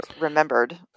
remembered